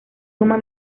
suma